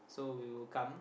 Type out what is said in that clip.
so we'll come